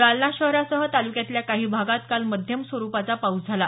जालना शहरासह ताल्क्यातल्या काही भागात काल मध्यम स्वरुपाचा पाऊस झाला